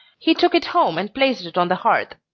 he took it home and placed it on the hearth,